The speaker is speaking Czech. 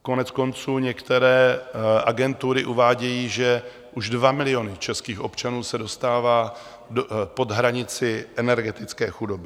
Koneckonců, některé agentury uvádějí, že už dva miliony českých občanů se dostávají pod hranici energetické chudoby.